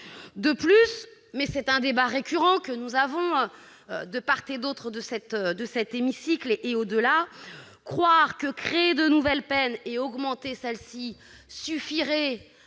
De plus, mais c'est un débat récurrent que nous avons de part et d'autre de cet hémicycle et au-delà, croire que créer de nouvelles peines ou les augmenter suffira